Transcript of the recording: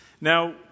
Now